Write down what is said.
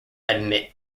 admit